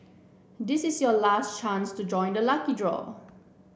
this is your last chance to join the lucky draw